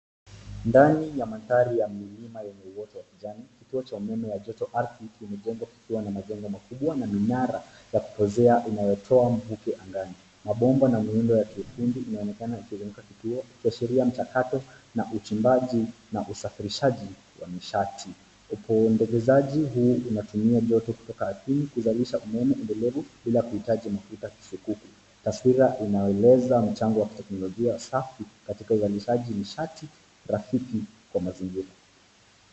Ndani ya mandhari ya milima yenye uoto wa kijani, kituo cha joto ardhi kimejengwa kikiwa na majengo makubwa na minara ya kupozea inayotoa mvuke angani. Mabomba na miundo ya kiufundi inaonekana ikieleka kituo kuashiria mchakato na uchimbaji na usafirishaji wa nishati. Na kwa uendelezaji huu unatumia joto kutoka ardhini kuzalisha muundo endelevu bila kuhitaji mafuta kisukuta. Taswira inaeleza mchango wa ki-teknolojia safi katika uzalishaji nishati, rafiki kwa mazingira.